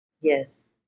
Yes